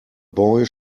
boy